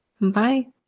Bye